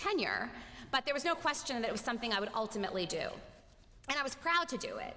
tenure but there was no question that was something i would ultimately do and i was proud to do it